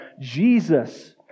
Jesus